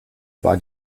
bei